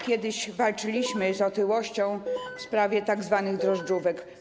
Kiedyś walczyliśmy z otyłością, była sprawa tzw. drożdżówek.